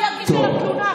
חוצפן אחד.